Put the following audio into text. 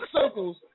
circles